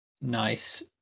Nice